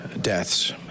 deaths